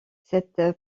cette